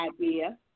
idea